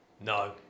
No